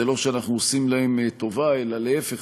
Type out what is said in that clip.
זה לא שאנחנו עושים להם טובה אלא להפך,